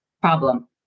problem